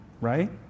right